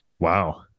Wow